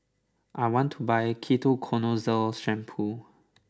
I want to buy Ketoconazole Shampoo